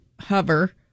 hover